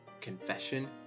confession